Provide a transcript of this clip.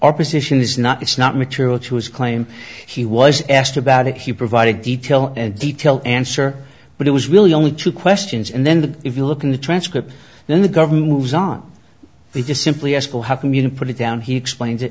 or position is not it's not material to his claim he was asked about it he provided detail and detail answer but it was really only two questions and then the if you look in the transcript then the government moves on they just simply ask you how community put it down he explained it